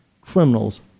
Criminals